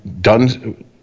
done